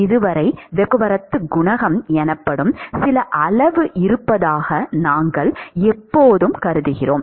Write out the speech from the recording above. இதுவரை வெப்பப் போக்குவரத்துக் குணகம் எனப்படும் சில அளவு இருப்பதாக நாங்கள் எப்போதும் கருதுகிறோம்